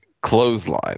clothesline